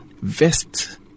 vest